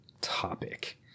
topic